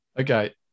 Okay